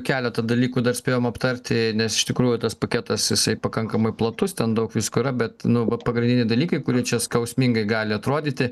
keletą dalykų dar spėjom aptarti nes iš tikrųjų tas paketas jisai pakankamai platus ten daug visko yra bet nu va pagrindiniai dalykai kurie čia skausmingai gali atrodyti